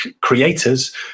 creators